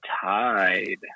tied